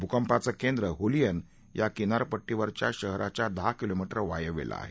भूकंपाचे केंद्र हुलियन या किनारपट्टीवरच्या शहराच्या दहा किलोमीटर वायव्येला आहे